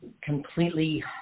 completely